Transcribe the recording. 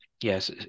yes